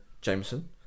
Jameson